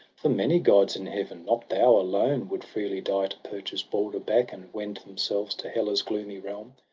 for many gods in heaven, not thou alone. would freely die to purchase balder back, and wend themselves to hela's gloomy realm.